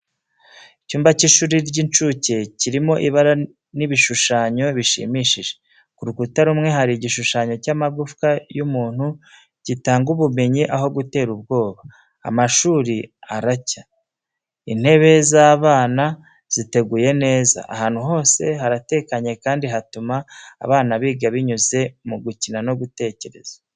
Icyumba cy’ishuri ry’incuke kirimo ibara n’ibishushanyo bishimishije. Ku rukuta rumwe, hari igishushanyo cy’amagufwa y'umuntu gitanga ubumenyi aho gutera ubwoba. Amashuri aracya, intebe z’abana ziteguye neza. Ahantu hose haratekanye kandi hatuma abana biga binyuze mu gukina no gutekereza.